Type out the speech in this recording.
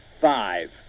five